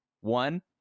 one